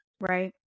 Right